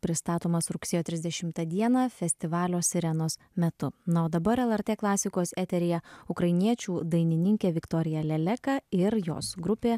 pristatomas rugsėjo trisdešimtą dieną festivalio sirenos metu na o dabar lrt klasikos eteryje ukrainiečių dainininkė viktorija leleka ir jos grupė